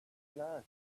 learn